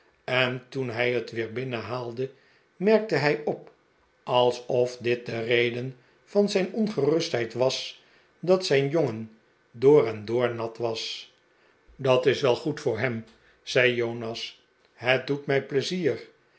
en toen hij het weer binnenhaalde merkte hij op alsof dit de reden van zijn ongerustheid was dat zijn jongen door en door nat was dat is wel goed voor hem zei jonas het doet mij pleizier